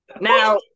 now